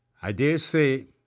i dare say